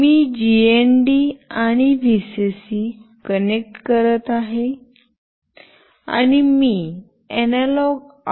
मी GND आणि VCC connect करत आहे आणि मी अनालॉग आउटपुट घेईन